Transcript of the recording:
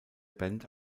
band